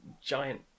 giant